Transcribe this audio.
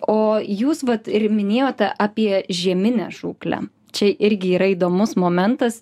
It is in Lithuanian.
o jūs vat ir minėjote apie žieminę žūklę čia irgi yra įdomus momentas